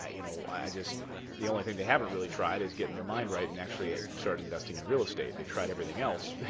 ah you know, i just the only thing they haven't really tried is getting their mind right, and actually start investing in real estate. they tried everything else,